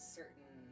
certain